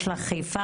יש לך חיפה,